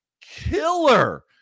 killer